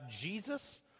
Jesus